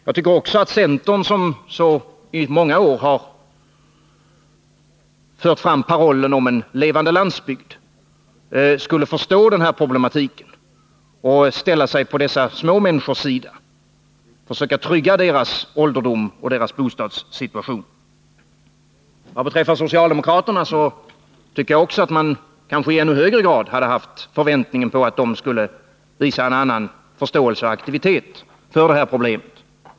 Jag tycker också att centern, som under så många år har fört fram parollen om en levande landsbygd, borde förstå den här problematiken och ställa sig på dessa små människors sida, försöka trygga deras ålderdom och bostadssituation. Jag hade kanske i ännu högre grad förväntat mig att socialdemokraterna skulle ha varit aktivare i denna fråga och hyst en annan förståelse för detta problem än vad man har gjort.